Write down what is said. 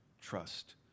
trust